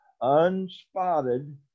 unspotted